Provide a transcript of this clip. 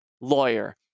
lawyer